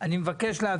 אני חושב שמן